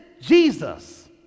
Jesus